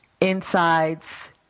insides